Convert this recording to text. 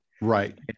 Right